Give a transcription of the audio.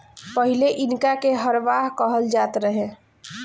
पहिले इनका के हरवाह कहल जात रहे